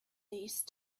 these